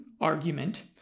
argument